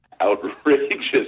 outrageous